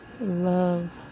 love